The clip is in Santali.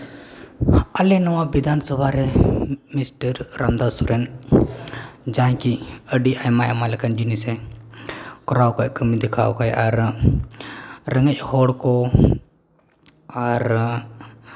ᱟᱞᱮ ᱱᱚᱣᱟ ᱵᱤᱫᱷᱟᱱ ᱥᱚᱵᱷᱟ ᱨᱮ ᱢᱤᱥᱴᱟᱨ ᱨᱟᱢᱫᱟᱥ ᱨᱮᱱ ᱡᱟᱦᱟᱸᱭ ᱠᱤ ᱟᱹᱰᱤ ᱟᱭᱢᱟ ᱟᱭᱢᱟ ᱞᱮᱠᱟᱱ ᱡᱤᱱᱤᱥᱮ ᱠᱚᱨᱟᱣ ᱠᱟᱜ ᱠᱟᱹᱢᱤ ᱫᱮᱠᱷᱟᱣ ᱠᱟᱜ ᱟᱨ ᱨᱮᱸᱜᱮᱡ ᱦᱚᱲ ᱠᱚ ᱟᱨ